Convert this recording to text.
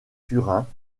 turin